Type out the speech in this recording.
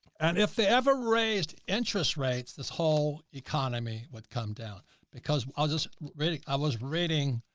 and if they ever raised interest rates, this whole economy would come down because i was just reading. i was reading,